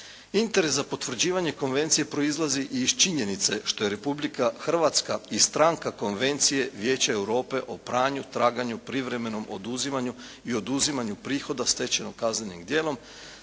Interes za potvrđivanje konvencije proizlazi i iz činjenice što je Republika Hrvatska i stranka Konvencije Vijeća Europe o pranju, traganju, privremenom oduzimanju i oduzimanju prihoda stečenim kaznenim djelom